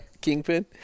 Kingpin